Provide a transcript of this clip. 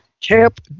Camp